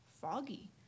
foggy